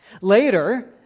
Later